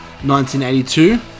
1982